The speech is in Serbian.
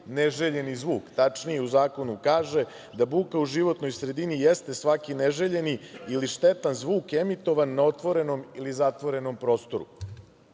neželjeni zvuk. Tačnije, u zakonu kaže da buka u životnoj sredini jeste svaki neželjeni ili štetan zvuk emitovan na otvorenom ili zatvorenom prostoru. Dolazim